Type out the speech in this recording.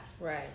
Right